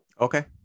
Okay